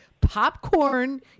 popcorn